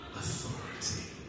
authority